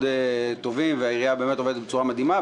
טובים והעירייה באמת עובדת בצורה מדהימה.